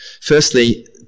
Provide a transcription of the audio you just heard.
Firstly